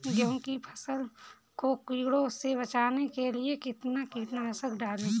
गेहूँ की फसल को कीड़ों से बचाने के लिए कितना कीटनाशक डालें?